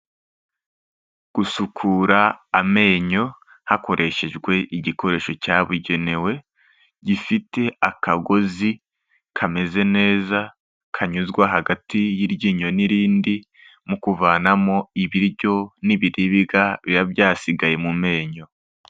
Gusukura amenyo hakoreshejwe igikoresho cyabugenewe, gifite akagozi kameze neza kanyuzwa hagati y'iryinyo n'irindi mu kuvanamo ibiryo n'ibiribwa biba byasigaye mu menyo.